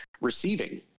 receiving